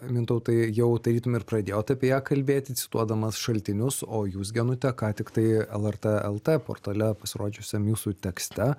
mintautai jau tarytum ir pradėjot apie ją kalbėti cituodamas šaltinius o jūs genute ką tiktai lrt lt portale pasirodžiusiam jūsų tekste